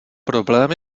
problém